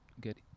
get